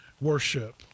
worship